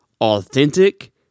authentic